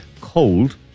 cold